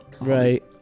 Right